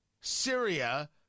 Syria